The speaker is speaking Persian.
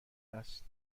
است